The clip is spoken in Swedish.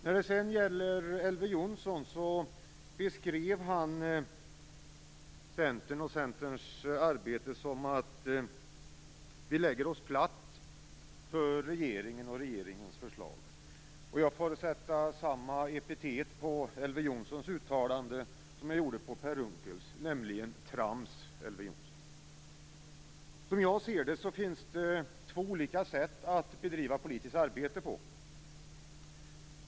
När det sedan gäller Elver Jonsson beskrev han Centern och Centerns arbete som att vi lägger oss platt för regeringen och regeringens förslag. Jag får sätta samma epitet på Elver Jonssons uttalande som jag gjorde på Per Unckels, nämligen: trams, Elver Som jag ser det finns det två olika sätt att bedriva politiskt arbete på.